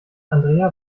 andrea